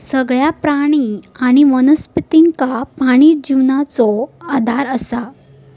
सगळ्या प्राणी आणि वनस्पतींका पाणी जिवनाचो आधार असा